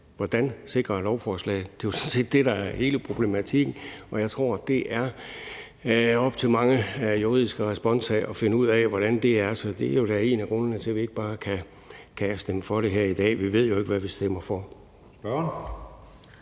sådan set det, der er hele problematikken, og jeg tror, det er op til mange juridiske responsa at finde ud af, hvordan det er. Så det er en af grundene til, at vi ikke bare kan stemme for det her i dag. Vi ved jo ikke, hvad vi stemmer for.